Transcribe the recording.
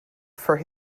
for